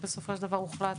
ובסופו של דבר הוחלט